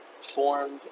formed